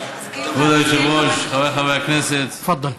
כבוד היושב-ראש, תפדל.